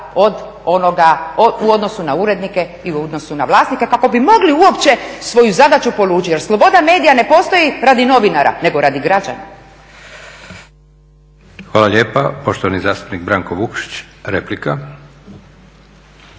u odnosu na urednike i u odnosu na vlasnika, kako bi mogli uopće svoju zadaću polučiti. Jer sloboda medija ne postoji radi novinara nego radi građana. **Leko, Josip (SDP)** Hvala lijepa. Poštovani zastupnik Branko Vukšić, replika.